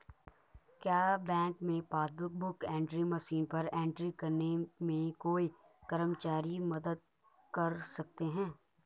क्या बैंक में passbook book entry machine पर एंट्री करने में कोई कर्मचारी मदद कर सकते हैं?